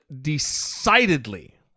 decidedly